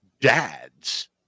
dads